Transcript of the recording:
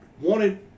wanted